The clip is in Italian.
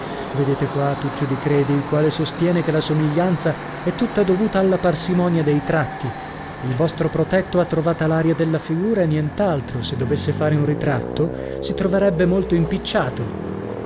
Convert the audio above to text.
vedete qua tuccio di credi il quale sostiene che la somiglianza è tutta dovuta alla parsimonia dei tratti il vostro protetto ha trovata l'aria della figura e nient'altro se dovesse fare un ritratto si troverebbe molto impicciato